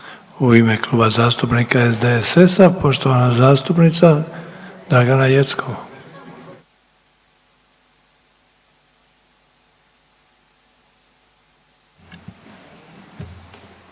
u ime Kluba zastupnika SDSS-a, poštovana zastupnica Dragana Jeckov.